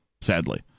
Sadly